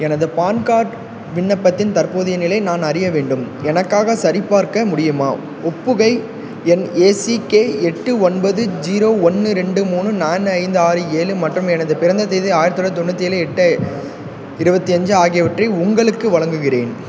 எனது PAN card விண்ணப்பத்தின் தற்போதைய நிலை நான் அறிய வேண்டும் எனக்காகச் சரிபார்க்க முடியுமா ஒப்புகை எண் ஏசிகே எட்டு ஒன்பது ஜீரோ ஒன்று ரெண்டு மூணு நாலு ஐந்து ஆறு ஏழு மற்றும் எனது பிறந்த தேதி ஆயிரத்தி தொள்ளாயிரத்தி தொண்ணூற்றி ஏழு எட்டு இருபத்தி அஞ்சு ஆகியவற்றை உங்களுக்கு வழங்குகிறேன்